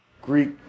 Greek